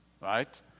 right